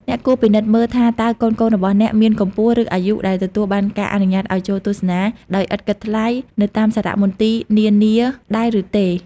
អ្នកគួរពិនិត្យមើលថាតើកូនៗរបស់អ្នកមានកម្ពស់ ឬអាយុដែលទទួលបានការអនុញ្ញាតឱ្យចូលទស្សនាដោយឥតគិតថ្លៃនៅតាមសារមន្ទីរនានាដែរឬទេ។